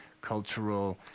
Cultural